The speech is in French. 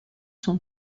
son